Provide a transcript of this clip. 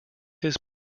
his